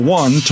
one